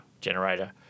generator –